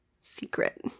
secret